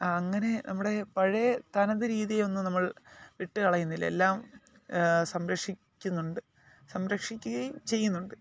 ആ അങ്ങനെ നമ്മുടെ പഴയ തനത് രീതി ഒന്നും നമ്മൾ വിട്ടുകളയുന്നില്ല എല്ലാം സംരക്ഷിക്കുന്നുണ്ട് സംരക്ഷിക്കുകയും ചെയ്യുന്നുണ്ട്